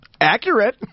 Accurate